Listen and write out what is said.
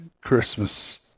Christmas